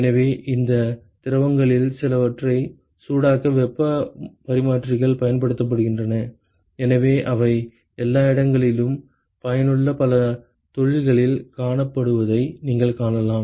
எனவே இந்த திரவங்களில் சிலவற்றை சூடாக்க வெப்பப் பரிமாற்றிகள் பயன்படுத்தப்படுகின்றன எனவே அவை எல்லா இடங்களிலும் பயனுள்ள பல தொழில்களில் காணப்படுவதை நீங்கள் காணலாம்